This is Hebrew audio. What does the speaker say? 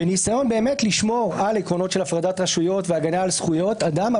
בניסיון לשמור על עקרונות של הפרדת רשויות והגנה על זכויות אדם,